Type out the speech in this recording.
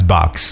Box